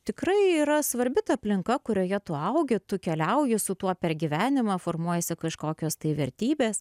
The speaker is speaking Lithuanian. tikrai yra svarbi ta aplinka kurioje tu augi tu keliauji su tuo per gyvenimą formuojasi kažkokios tai vertybės